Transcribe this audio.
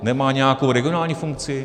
Nemá nějakou regionální funkci?